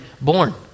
born